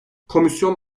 komisyon